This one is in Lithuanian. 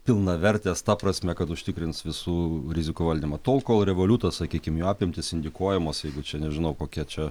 pilnavertės ta prasme kad užtikrins visų rizikų valdymą tol kol revoliutas sakykim jo apimtys indikuojamos jeigu čia nežinau kokia čia